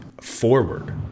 Forward